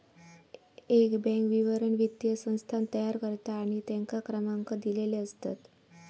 एक बॅन्क विवरण वित्तीय संस्थान तयार करता आणि तेंका क्रमांक दिलेले असतत